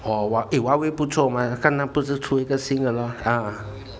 oh eh !wah! Huawei 不错 mah 我看他不是出一个新的咯啊